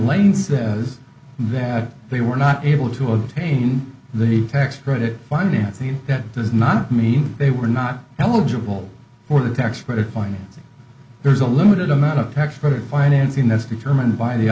is that they were not able to obtain the new tax credit financing that does not mean they were not eligible for the tax credit poignancy there's a limited amount of tax credit financing that's determined by the